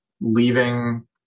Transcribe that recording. leaving